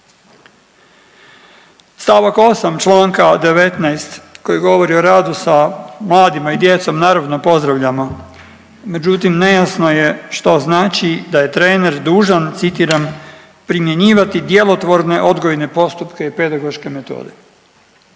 St. 8. čl.19. koji govori o radu sa mladima i djecom naravno pozdravljamo, međutim nejasno je što znači da je trener dužan, citiram, primjenjivati djelotvorne odgojne postupke i pedagoške metode.